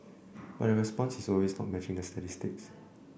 but the response is always not matching that statistic